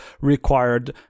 required